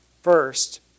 First